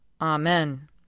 Amen